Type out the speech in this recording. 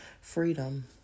freedom